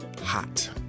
hot